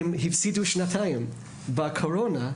הם הפסידו שנתיים בקורונה,